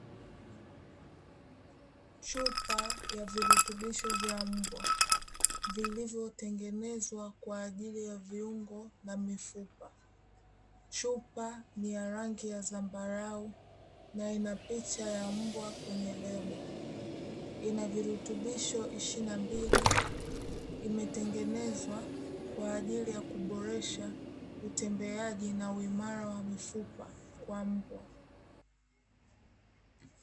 Chupa ya virutubisho vya mbwa vilivyotengenezwa kwa ajili ya viungo na mifupa. Chupa ni ya rangi ya zambarau na ina picha ya mbwa kwenye lebo, ina virutubisho ishirini na mbili, imetengenezwa kwa ajili ya kuboresha utembeaji na uimara wa mifupa kwa mmbwa.